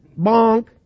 bonk